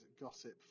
gossip